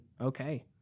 okay